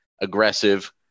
aggressive